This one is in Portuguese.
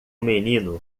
menino